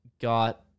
got